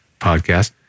podcast